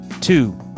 Two